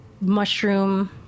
mushroom